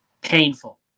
painful